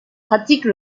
pratique